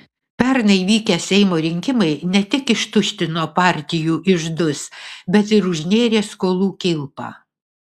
pernai vykę seimo rinkimai ne tik ištuštino partijų iždus bet ir užnėrė skolų kilpą